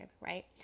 right